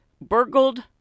Burgled